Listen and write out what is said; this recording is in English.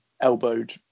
elbowed